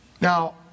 Now